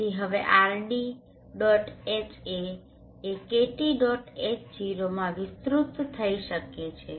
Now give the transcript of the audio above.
તેથી હવે RDHa એ KTH0માં વિસ્તૃત થઈ શકે છે